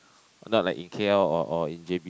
not like in K_L or or in J_B